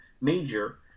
major